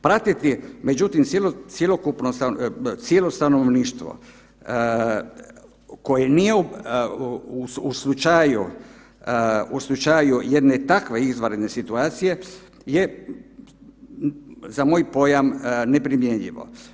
Pratiti međutim cjelokupno, cijelo stanovništvo koje nije u slučaju, u slučaju jedne takve izvanredne situacije je za moj pojam neprimjenjivo.